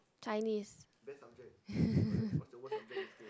Chinese